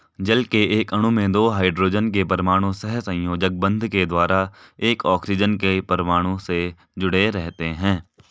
जल के एक अणु में दो हाइड्रोजन के परमाणु सहसंयोजक बंध के द्वारा एक ऑक्सीजन के परमाणु से जुडे़ रहते हैं